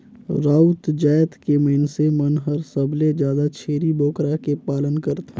राउत जात के मइनसे मन हर सबले जादा छेरी बोकरा के पालन करथे